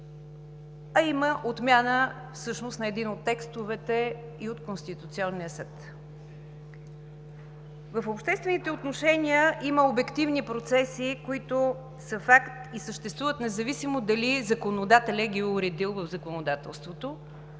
а има отмяна всъщност на един от текстовете и от Конституционния съд. В обществените отношения има обективни процеси, които са факт и съществуват, независимо дали законодателят ги е уредил в законодателството,